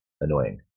annoying